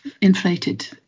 inflated